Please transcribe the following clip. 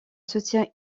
soutient